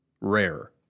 rare